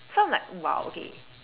so I'm like !wow! okay